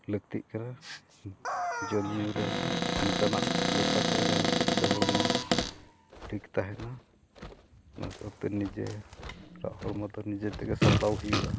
ᱞᱟᱹᱠᱛᱤᱜ ᱠᱟᱱᱟ ᱡᱚᱢᱼᱧᱩ ᱨᱮ ᱚᱱᱠᱟᱱᱟᱜ ᱫᱚᱨᱠᱟᱨ ᱠᱟᱱᱟ ᱡᱟᱦᱟᱸ ᱦᱤᱥᱟᱹᱵᱛᱮ ᱦᱚᱲᱢᱚ ᱴᱷᱤᱠ ᱛᱟᱦᱮᱱᱟ ᱚᱱᱟ ᱥᱚᱵᱛᱮ ᱱᱤᱡᱮ ᱦᱚᱲᱢᱚ ᱫᱚ ᱱᱤᱡᱮ ᱛᱮᱜᱮ ᱥᱟᱯᱲᱟᱣ ᱦᱩᱭᱩᱜᱼᱟ